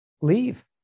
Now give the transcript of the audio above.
leave